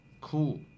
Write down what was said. cool